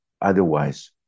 Otherwise